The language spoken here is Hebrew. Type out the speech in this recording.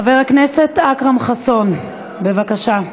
חבר הכנסת אכרם חסון, בבקשה.